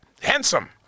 Handsome